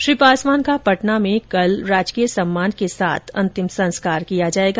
श्री पांसवान का पटना में कल राजकीय सम्मान के साथ अंतिम संस्कार किया जाएगा